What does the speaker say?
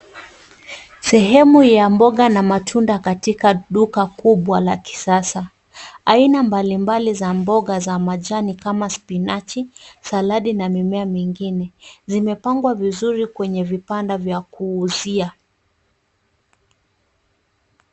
Sehemu ya mboga na matunda katika duka kubwa la kisasa. Aina mbalimbali za mboga za majani kama spinachi, saladi na mimea mingine zimepangwa vizuri kwenye vibanda vya kuuzia.